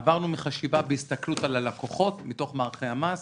עברנו מחשיבה להסתכלות על הלקוחות מתוך מערכי המס,